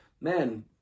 man